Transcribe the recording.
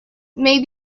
may